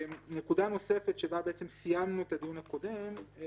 נקודה נוספת שבה סיימנו את הדיון הקודם היא